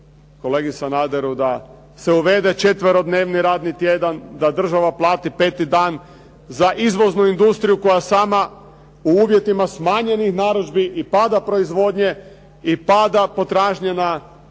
kolegi Sanaderu da se uvede četverodnevni radni tjedan, da država plati 5. dan za izvoznu industriju koja sama u uvjetima smanjenih narudžbi i pada proizvodnje i pada potražnje na